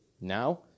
Now